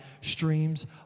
streams